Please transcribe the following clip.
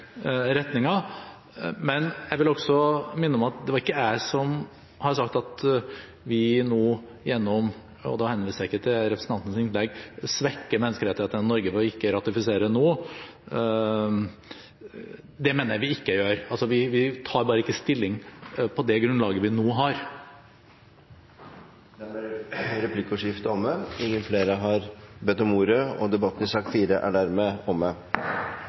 retninger, men jeg vil også minne om at det ikke var jeg som sa – og nå henviser jeg ikke til representanten Solhjells innlegg – at vi svekker menneskerettighetene i Norge ved ikke å ratifisere nå. Det mener jeg vi ikke gjør. Vi tar bare ikke stilling på det grunnlaget vi nå har. Replikkordskiftet er omme. Flere har ikke bedt om ordet til sak